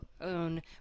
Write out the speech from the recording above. own